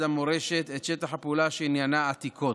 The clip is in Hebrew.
המורשת את שטח הפעולה שעניינו עתיקות.